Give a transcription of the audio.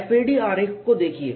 FAD आरेख को देखिए